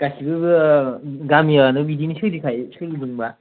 गासिबो गामियानो बिदिनो सोलिखायो सोलिदोंबा